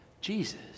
Jesus